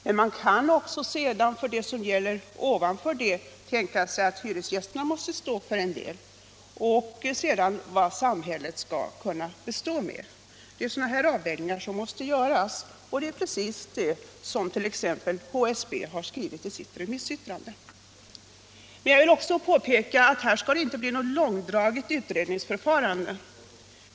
Men man kan också sedan för det som gäller ovanför tänka sig att hyresgästerna står för en del och dessutom att samhället bistår med något. Det är sådana här avvägningar som måste göras, och det är precis det som t.ex. HSB har skrivit i sitt remissyttrande. Jag vill också påpeka att det här inte skall bli ett långdraget utredningsförfarande.